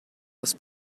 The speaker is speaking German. das